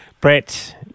Brett